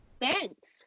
thanks